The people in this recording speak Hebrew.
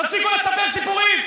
תפסיקו לספר סיפורים.